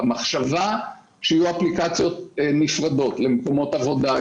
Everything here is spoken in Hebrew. המחשבה שיהיו אפליקציות נפרדות למקומות עבודה,